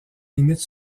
limites